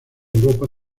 europa